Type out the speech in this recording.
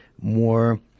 more